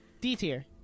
D-tier